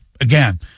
again